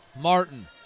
Martin